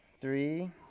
Three